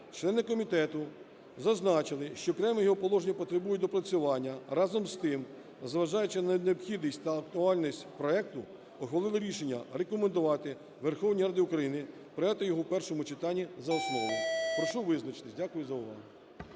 члени комітету зазначили, що окремі його положення потребують доопрацювання. Разом з тим, зважаючи на необхідність та актуальність проекту, ухвалили рішення рекомендувати Верховній Раді України прийняти його в першому читанні за основу. Прошу визначитися. Дякую за увагу.